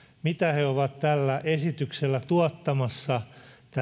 mitä he ovat esityksellä tuottamassa